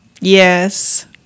Yes